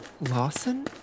Lawson